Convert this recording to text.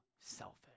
selfish